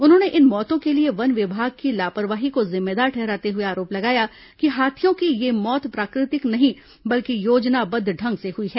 उन्होंने इन मौतों के लिए वन विमाग की लापरवाही को जिम्मेदार ठहराते हुए आरोप लगाया कि हाथियों की ये मौत प्राकृतिक नहीं बल्कि योजनाबद्व ढंग से हुई है